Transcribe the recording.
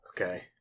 Okay